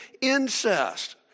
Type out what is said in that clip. incest